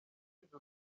yagize